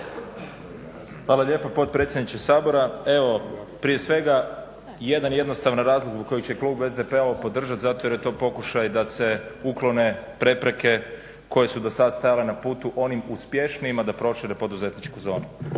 Hvala lijepa potpredsjedniče Sabora. Evo prije svega jedan jednostavan razlog zbog kojeg će klub SDP-a ovo podržat, zato jer je to pokušaj da se uklone prepreke koje su dosad stajale na putu onim uspješnijima da prošire poduzetničku zonu.